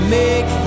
make